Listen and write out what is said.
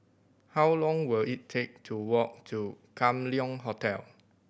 how long will it take to walk to Kam Leng Hotel